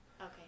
Okay